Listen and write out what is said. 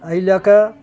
अइ लअ कऽ